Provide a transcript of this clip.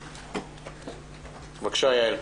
בבקשה, יעל.